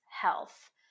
health